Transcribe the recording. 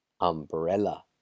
Umbrella